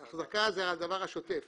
אחזקה זה הדבר השוטף .